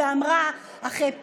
ואמרה אחרי פעם,